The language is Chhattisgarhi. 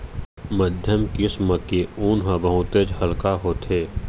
मध्यम किसम के ऊन ह बहुतेच हल्का होथे